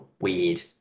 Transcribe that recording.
weird